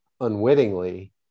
unwittingly